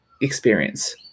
experience